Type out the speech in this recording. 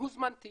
הוזמנתי